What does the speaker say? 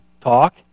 talk